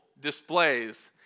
displays